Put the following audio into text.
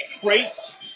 crates